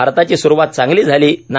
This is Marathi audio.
भारताची सुरूवात चांगली झाली नाही